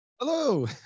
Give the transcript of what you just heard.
Hello